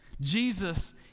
Jesus